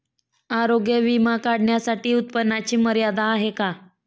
आरोग्य विमा काढण्यासाठी उत्पन्नाची मर्यादा आहे का?